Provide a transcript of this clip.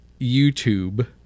YouTube